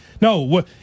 no